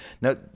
Now